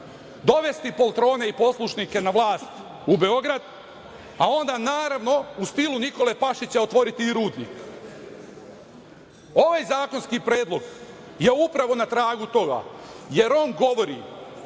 dovesti poltrone i poslušnike na vlast u Beograd, a onda, naravno, u stilu Nikole Pašića, otvoriti i rudnik. Ovaj zakonski predlog je upravo na tragu toga, jer on govori